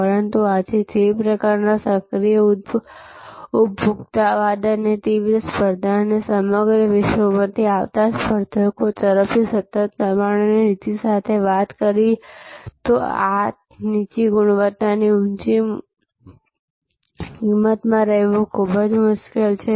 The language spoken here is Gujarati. પરંતુ આજે જે પ્રકારના સક્રિય ઉપભોક્તાવાદ અને તીવ્ર સ્પર્ધા અને સમગ્ર વિશ્વમાંથી આવતા સ્પર્ધકો તરફથી સતત દબાણ અને નીતિ સાથે વાત કરીએ તો આજે આ નીચી ગુણવત્તાની ઊંચી કિંમતમાં રહેવું ખૂબ જ મુશ્કેલ છે